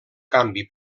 canvi